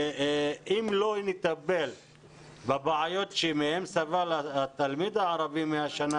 אם לא נטפל בבעיות מהן סבל התלמיד הערבי בשנה